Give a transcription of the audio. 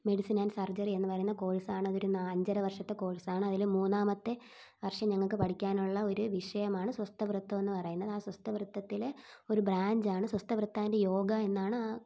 medicine and surgery എന്ന് പറയുന്ന course ആണ് അതൊരു നാ അഞ്ചര വർഷത്തെ കോഴ്സ് ആണ് അതിൽ മൂന്നാമത്തെ വർഷം ഞങ്ങൾക്ക് പഠിക്കാനുള്ള ഒരു വിഷയമാണ് സ്വസ്ഥവൃത്തം എന്ന് പറയുന്നത് ആ സ്വസ്ഥവൃത്തിലെ ഒരു ബ്രാഞ്ച് ആണ് സ്വസ്ഥവൃത്ത് ആൻഡ് യോഗ എന്നാണ് ആ